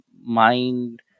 mind